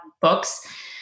books